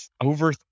over